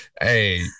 Hey